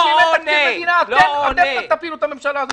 שאם אין תקציב מדינה אתם תפילו את הממשלה.